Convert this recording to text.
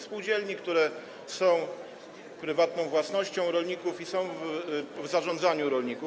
Spółdzielni, które są prywatną własnością rolników i są w zarządzaniu rolników.